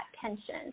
tension